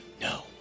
No